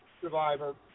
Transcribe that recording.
Survivor